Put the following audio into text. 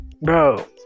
bro